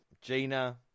Gina